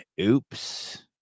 Oops